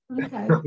Okay